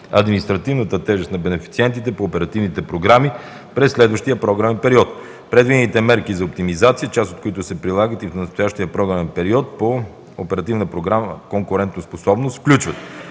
административната тежест на бенефициентите по оперативните програми през следващия програмен период. Предвидените мерки за оптимизация, част от които се прилагат и в настоящия програмен период по Оперативна програма „Конкурентоспособност”, включват: